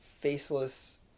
faceless